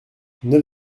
neuf